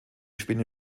spinne